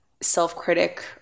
self-critic